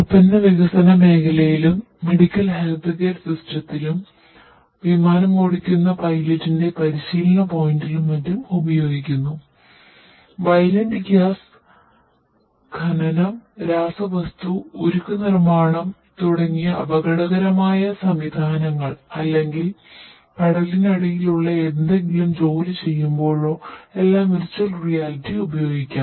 മുൻകൂട്ടി ആസൂത്രണം ചെയ്ത പ്രോഗ്രാം പരിശീലന പോയിന്റിലും ഉപയോഗിക്കുന്നു വയലന്റ് ഗ്യാസ് ഉപയോഗിക്കാം